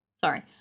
Sorry